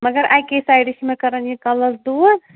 مگر اَکے سایڈٕ چھِ مےٚ کَران یہِ کَلَس دود